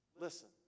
listen